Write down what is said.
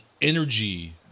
energy